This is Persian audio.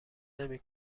نمی